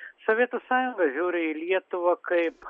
sovietų sąjunga žiūri į lietuvą kaip